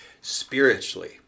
spiritually